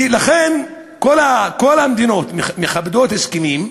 לכן, כל המדינות מכבדות הסכמים,